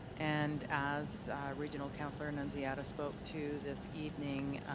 and as regional councillor annunziata spoke to this evening,